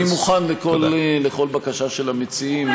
אני מוכן לכל בקשה של המציעים.